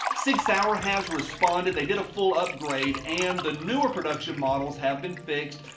sig sauer has responded. they did a full upgrade and the newer production models have been fixed.